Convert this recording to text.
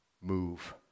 move